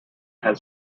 had